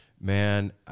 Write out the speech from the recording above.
man